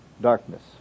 darkness